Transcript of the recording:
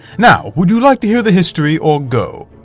now, would you like to hear the history or go?